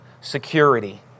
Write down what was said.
security